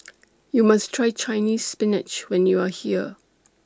YOU must Try Chinese Spinach when YOU Are here